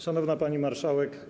Szanowna Pani Marszałek!